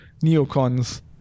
neocons